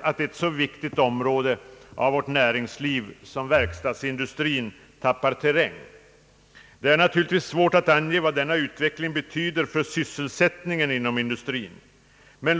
att ett så viktigt område av vårt näringsliv som verkstadsindustrin tappar terräng. Det är svårt att ange vad denna utveckling betyder för sysselsättningen inom verkstadsindustrin.